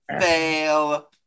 fail